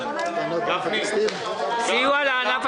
הישיבה נעולה.